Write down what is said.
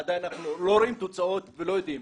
עדיין אנחנו לא רואים תוצאות ולא יודעים.